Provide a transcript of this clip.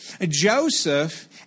Joseph